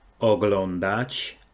oglądać